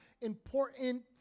important